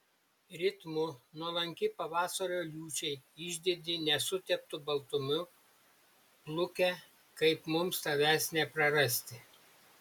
ritmu nuolanki pavasario liūčiai išdidi nesuteptu baltumu pluke kaip mums tavęs neprarasti